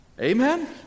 Amen